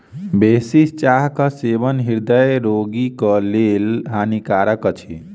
बेसी चाहक सेवन हृदय रोगीक लेल हानिकारक अछि